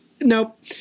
nope